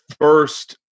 first